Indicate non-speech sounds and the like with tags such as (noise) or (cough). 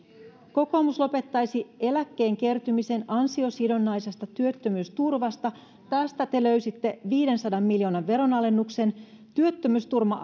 kokoomus lopettaisi eläkkeen kertymisen ansiosidonnaisesta työttömyysturvasta tästä te löysitte viiteensataan miljoonaan veronalennuksen työttömyysturva (unintelligible)